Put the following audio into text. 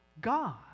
God